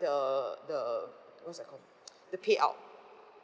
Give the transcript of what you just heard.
the the what's that call the payout